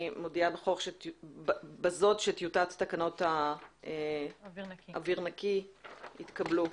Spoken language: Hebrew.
אני מודיעה בזאת שטיוטת תקנות אוויר נקי התקבלו.